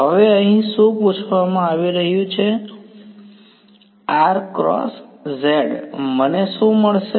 હવે અહીં શું પૂછવામાં આવી રહ્યું છે મને શું મળશે